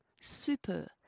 super